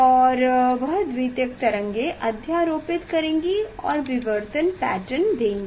और वह द्वितीयक तरंगें अध्यारोपित करेंगी और विवर्तन पैटर्न देंगी